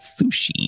sushi